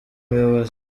muyobozi